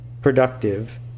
productive